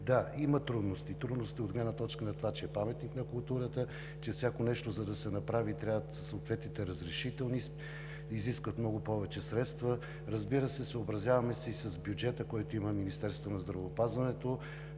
Да, има трудности – трудности от гледна точка на това, че е паметник на културата, че всяко нещо, за да се направи, трябват съответните разрешителни и се изискват много повече средства. Разбира се, съобразяваме се и с бюджета, който имаме на Министерството на здравеопазването,